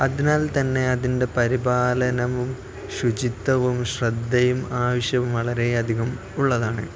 അതിനാൽ തന്നെ അതിൻ്റെ പരിപാലനവും ശുചിത്വവും ശ്രദ്ധയും ആവശ്യവും വളരെയധികം ഉള്ളതാണ്